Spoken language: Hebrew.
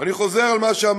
ואני חוזר על מה שאמרתי,